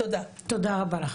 תודה רבה לך.